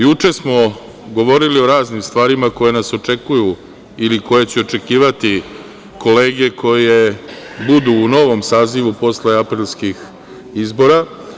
Juče smo govorili o raznim stvarima koje nas očekuju ili koje će očekivati kolege koje budu u novom sazivu posle aprilskih izbora.